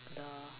the